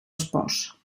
espòs